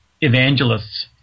evangelists